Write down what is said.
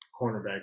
cornerback